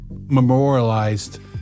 memorialized